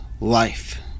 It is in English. life